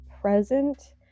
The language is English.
present